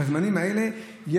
בזמנים האלה,